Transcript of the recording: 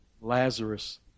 Lazarus